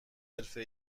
حرفه